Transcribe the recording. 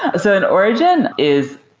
ah so an origin is